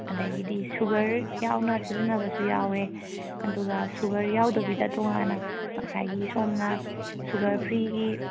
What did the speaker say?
ꯑꯗꯒꯤꯗꯤ ꯁꯨꯒꯔ ꯌꯥꯎꯅ ꯁꯤꯖꯤꯟꯅꯕꯁꯨ ꯌꯥꯎꯋꯦ ꯑꯗꯨꯒ ꯁꯨꯒꯔ ꯌꯥꯎꯗꯕꯤꯗ ꯇꯣꯉꯥꯟꯅ ꯉꯁꯥꯏꯒꯤ ꯁꯣꯝꯅ ꯁꯨꯒꯔ ꯐ꯭ꯔꯤꯒꯤ